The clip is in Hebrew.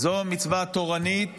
זו מצווה תורנית